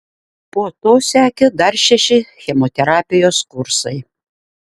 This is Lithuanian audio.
po to sekė dar šeši chemoterapijos kursai